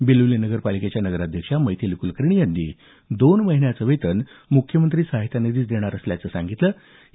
बिलोली नगर पालिकेच्या नगराध्यक्षा मैथिली कुलकर्णी यांनीही दोन महिन्याचं वेतन मुख्यमंत्री सहाय्यता निधीस देण्यार असल्याचं सांगितलं आहे